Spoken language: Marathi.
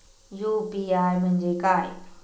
यू.पी.आय म्हणजे काय?